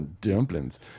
dumplings